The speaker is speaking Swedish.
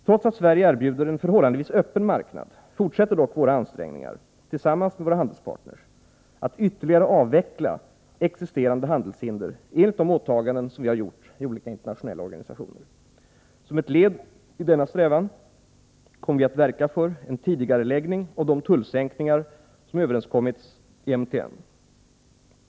Trots att Sverige erbjuder en förhållandevis öppen marknad fortsätter dock våra ansträngningar tillsammans med våra handelspartner att ytterligare avveckla existerande handelshinder enligt de åtaganden vi gjort i Nr 66 olika internationella organisationer. Som ett led i denna strävan kommer vi Tisdagen den att verka för en tidigareläggning av de tullsänkningar som överenskommits i 24 januari 1984 MTN.